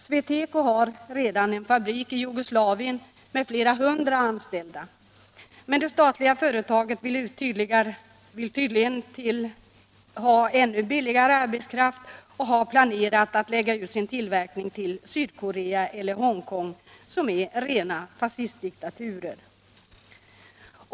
SweTeco har redan en fabrik i Jugoslavien med flera hundra anställda. Men det statliga företaget vill tydligen ha ännu billigare arbetskraft och har planerat att lägga ut sin tillverkning till Sydkorea eller Hongkong som är rena fascistdiktaturer.